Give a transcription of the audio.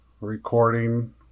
recording